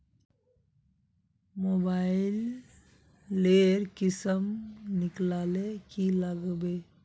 Mobile लेर किसम निकलाले की लागबे?